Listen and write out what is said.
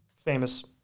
famous